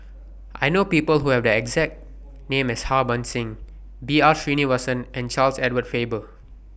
I know People Who Have The exact name as Harbans Singh B R Sreenivasan and Charles Edward Faber